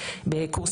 כי חשוב,